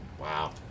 Wow